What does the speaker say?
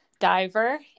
diver